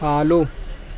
follow